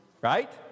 right